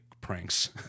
pranks